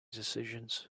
decisions